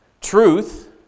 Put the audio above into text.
truth